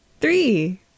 three